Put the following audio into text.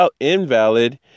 invalid